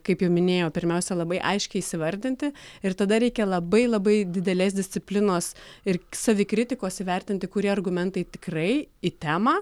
kaip jau minėjau pirmiausia labai aiškiai įsivardinti ir tada reikia labai labai didelės disciplinos ir savikritikos įvertinti kurie argumentai tikrai į temą